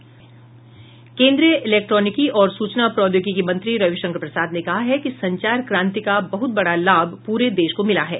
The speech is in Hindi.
केन्द्रीय इलेक्ट्रॉनिकी और सूचना प्रौद्योगिकी मंत्री रविशंकर प्रसाद ने कहा है कि संचार क्रांति का बहुत बड़ा लाभ पूरे देश को मिला है